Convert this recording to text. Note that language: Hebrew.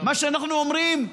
שאנחנו אומרים,